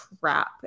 crap